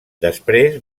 després